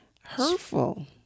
hurtful